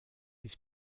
his